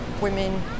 women